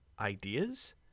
ideas